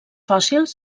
fòssils